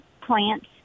plants